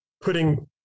putting